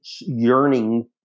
yearning